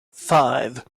five